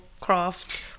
craft